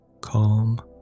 Calm